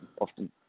often